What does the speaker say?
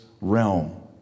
realm